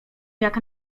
jak